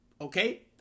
Okay